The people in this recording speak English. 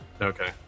Okay